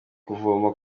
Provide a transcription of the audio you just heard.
kuvoma